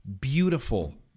Beautiful